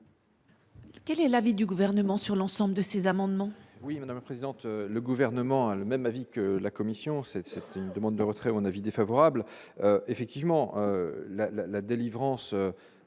Quel est l'avis du gouvernement sur l'ensemble de ces amendements.